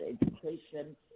education